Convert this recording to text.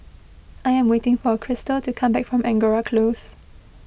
I am waiting for Cristal to come back from Angora Close